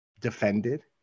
defended